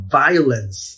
violence